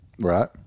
Right